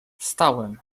stałem